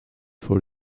for